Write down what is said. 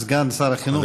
סגן שר החינוך, בבקשה.